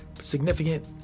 significant